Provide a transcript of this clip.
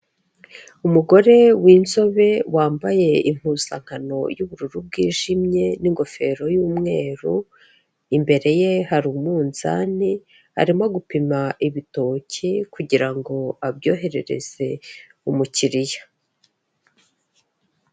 Umugore w'inzobe wambaye impuzankano y'ubururu bwijimye n'ingofero y'umweru, imbere ye hari umunzani arimo gupima ibitoki kugira ngo abyoherereze umukiriya.